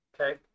Okay